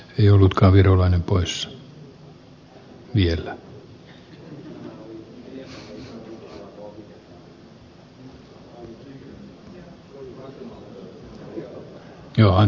ei ollutkaan heti muutoksia